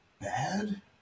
Bad